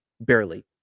barely